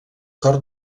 cor